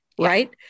right